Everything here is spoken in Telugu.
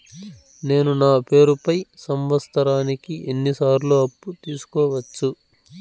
నేను నా పేరుపై సంవత్సరానికి ఎన్ని సార్లు అప్పు తీసుకోవచ్చు?